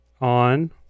on